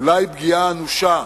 אולי פגיעה אנושה,